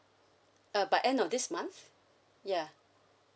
uh by end of this month ya